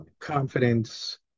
confidence